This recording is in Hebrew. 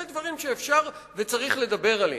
אלה דברים שאפשר וצריך לדבר עליהם.